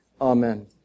Amen